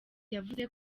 yavuze